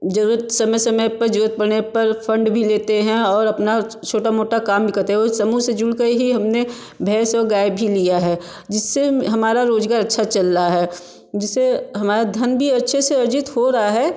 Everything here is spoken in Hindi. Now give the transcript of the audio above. ज़रूरत समय समय पर ज़रूरत पड़ने पर फ़ंड लेते हैं और अपना छोटा मोटा काम भी करते हैं वह समूह से जुड़ कर ही हमने भैंस और गाय भी लिया है जिससे हम हमारा रोज़गार अच्छा चल रहा है जिससे हमारे धन भी अच्छे से अर्जित हो रहा है